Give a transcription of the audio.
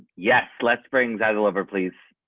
yes, let's bring that over, please.